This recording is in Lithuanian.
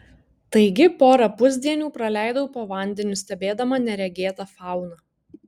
taigi porą pusdienių praleidau po vandeniu stebėdama neregėtą fauną